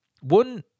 one